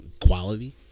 Quality